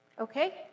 Okay